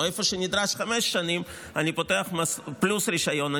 או איפה שנדרש חמש שנים פלוס רישיון,